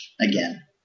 Again